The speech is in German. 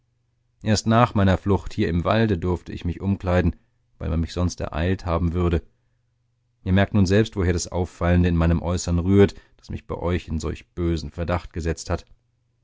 erst nach meiner flucht hier im walde durfte ich mich umkleiden weil man mich sonst ereilt haben würde ihr merkt nun selbst woher das auffallende in meinem äußern rührt das mich bei euch in solch bösen verdacht gesetzt hat